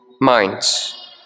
minds